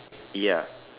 ya